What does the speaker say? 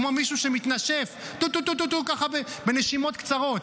כמו מישהו שמתנשף טו-או-טו ככה בנשימות קצרות?